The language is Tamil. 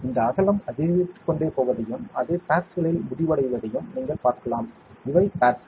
இந்த அகலம் அதிகரித்துக்கொண்டே போவதையும் அது பேட்ஸ்களில் முடிவடைவதையும் நீங்கள் பார்க்கலாம் இவை பேட்ஸ்கள்